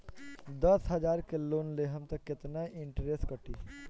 दस हजार के लोन लेहम त कितना इनट्रेस कटी?